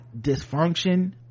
dysfunction